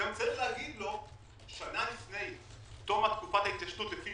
צריך לומר לו שנה לפני תום תקופת ההתיישנות לפי